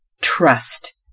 trust